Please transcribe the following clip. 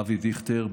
אבי דיכטר,